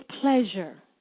pleasure